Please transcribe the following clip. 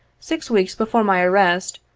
six weeks before my arrest,